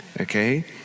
okay